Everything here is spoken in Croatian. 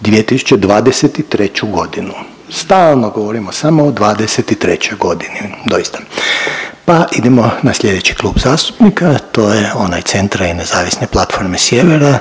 2023. godinu. Stalno govorimo samo o '23. godini doista, pa idemo na slijedeći klub zastupnika to je onaj Centra i Nezavisne platforme Sjevera